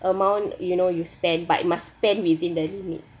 amount you know you spend but you must spend within the limit